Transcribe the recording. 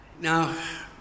Now